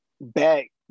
back